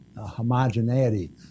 homogeneity